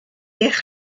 eich